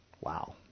Wow